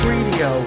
Radio